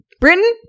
Britain